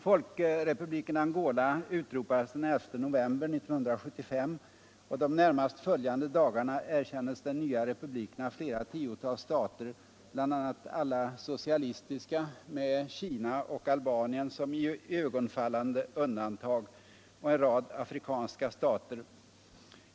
Folkrepubliken Angola utropades den 11 november 1975, och de närmast följande dagarna erkändes den nya republiken av flera tiotal stater, bl.a. av alla socialistiska — med Kina och Albanien som iögonfallande undantag — och av en rad afrikanska stater.